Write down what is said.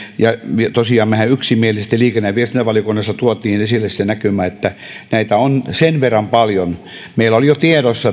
tosiaan mehän yksimielisesti liikenne ja viestintävaliokunnassa toimme esille sen näkymän että näitä on sen verran paljon meillä oli jo tiedossa